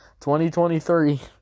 2023